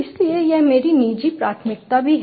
इसलिए यह मेरी निजी प्राथमिकता भी है